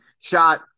shot